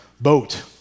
boat